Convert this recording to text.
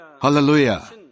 Hallelujah